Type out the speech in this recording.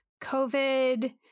COVID